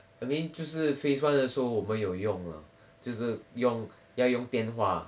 I mean 就是 phase one 的时候我们有用了就是用要用电话